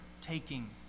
taking